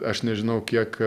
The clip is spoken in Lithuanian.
aš nežinau kiek